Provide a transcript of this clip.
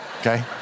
Okay